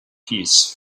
peace